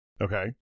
Okay